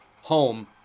home